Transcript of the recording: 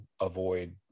avoid